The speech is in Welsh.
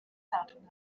sadwrn